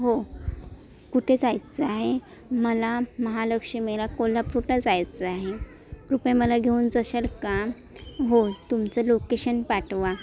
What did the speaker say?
हो कुठे जायचं आहे मला महालक्ष्मीला कोल्हापूरला जायचं आहे कृपया मला घेऊन जशाल का हो तुमचं लोकेशन पाठवा